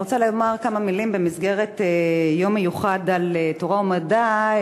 אני רוצה לומר כמה מילים במסגרת יום מיוחד על תורה ומדע,